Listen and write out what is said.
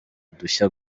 udushya